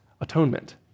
atonement